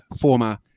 former